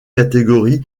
catégorie